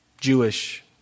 Jewish